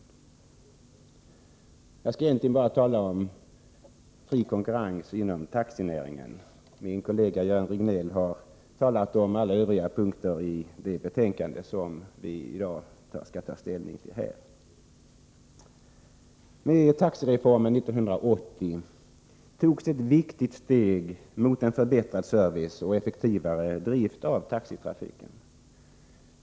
Jag skall egentligen bara tala om fri konkurrens inom taxinäringen. Min kollega Göran Riegnell har talat om alla övriga punkter i det betänkande som vi i dag skall ta ställning till. Med taxireformen 1980 togs ett viktigt steg mot förbättrad service och effektivare drift av taxitrafiken.